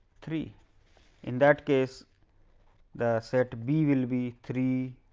three in that case the set b will be three,